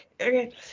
Okay